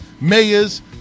mayors